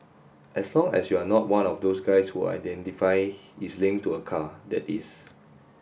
as long as you're not one of those guys who identify is linked to a car that is